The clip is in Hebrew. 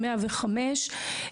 105,